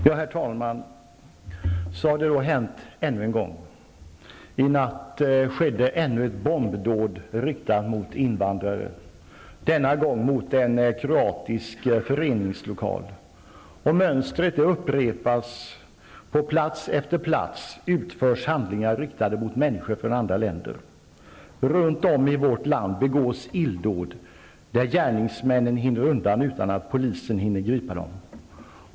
Herr talman! Så har det hänt ännu en gång. I natt skedde ytterligare ett bombdåd riktat mot invandrare, denna gång mot en kroatisk föreningslokal. Mönstret upprepas. På plats efter plats utförs handlingar, riktade mot människor från andra länder. Runt om i vårt land begås illdåd, där gärningsmännen hinner undan utan att polisen kan gripa dem.